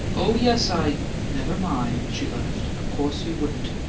oh, yes, i never mind! she laughed. of course you wouldn't.